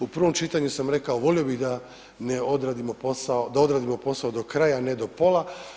U prvom čitanju sam rekao volio bi da ne odradimo posao, da odradimo posao do kraja, a ne do pola.